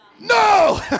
no